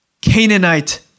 Canaanite